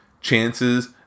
chances